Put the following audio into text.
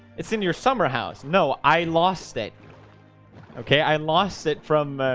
it's in your summerhouse no, i lost it okay, i lost it from